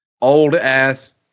old-ass